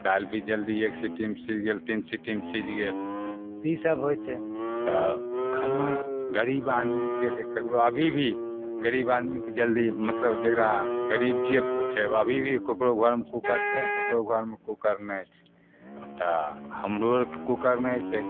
दालि भी जल्दी एक सीटीमे सिझ गेल तीन सीटीमे सिझ गेल तऽ ईसब होइ छै तऽ खाना गरीब आदमी छै जे ककरो अभी भी गरीब आदमीके जल्दी मतलब जकरा गरीब जे छै ओ अभी भी ककरो घरमे कुकर छै ककरो घरमे कुकर नहि छै तऽ हमरो आओरके कुकर नहि छै